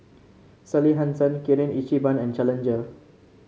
Sally Hansen Kirin Ichiban and Challenger